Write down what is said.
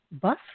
bus